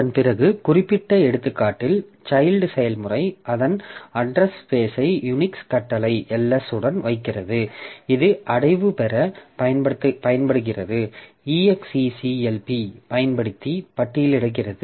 அதன்பிறகு குறிப்பிட்ட எடுத்துக்காட்டில் சைல்ட் செயல்முறை அதன் அட்ரஸ் ஸ்பேஸ்ஐ யுனிக்ஸ் கட்டளை "ls" உடன் வைக்கிறது இது அடைவுபெற பயன்படுகிறது execlp பயன்படுத்தி பட்டியலிடுகிறது